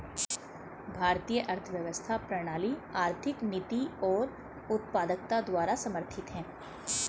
भारतीय अर्थव्यवस्था प्रणाली आर्थिक नीति और उत्पादकता द्वारा समर्थित हैं